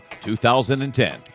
2010